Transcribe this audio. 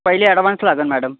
पहिले आड्वान्स लागेल मॅडम